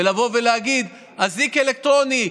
ולבוא ולהגיד: אזיק אלקטרוני,